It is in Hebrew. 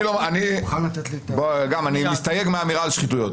אני מסתייג מהאמירה על שחיתויות.